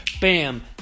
bam